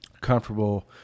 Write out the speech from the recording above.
comfortable